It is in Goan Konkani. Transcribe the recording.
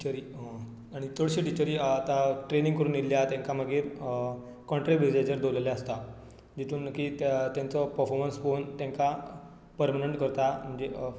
आनी चडश्यो टिचरी आतां ट्रेनिंग करून आयिल्यो आसा तांकां मागीर कॉनट्रेक्ट बेजीसाचेर दवरिल्ले आसता तातून मागीर तांचो पर्फोमन्स पळोवन तांकां परमनंट करतात म्हणजे